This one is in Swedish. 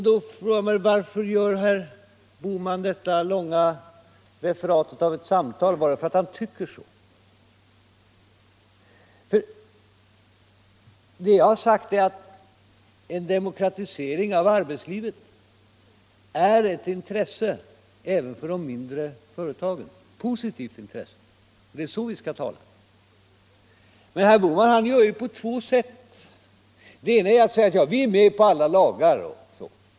Då frågar jag mig: Varför gjorde herr Bohman detta långa referat av ett samtal? Var det för att han tycker så? Vad jag har sagt är att en demokratisering av arbetslivet är ett positivt intresse även för de mindre företagen. Det är så vi skall tala. Men herr Bohman gör på två sätt. Det ena är att han säger: Vi är med på alla lagar.